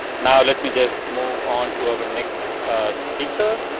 now let me just move on to our next speaker,